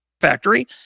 factory